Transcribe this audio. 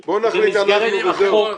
במסגרת החוק --- בואו נחליט אנחנו וזהו.